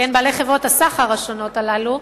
בעלי חברות הסחר השונות הללו,